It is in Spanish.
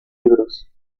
libros